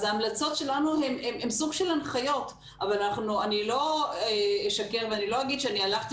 אז ההמלצות שלנו הן סוג של הנחיות אבל לא אשקר ואגיד שהלכתי